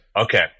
Okay